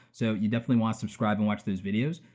so you definitely wanna subscribe and watch those videos.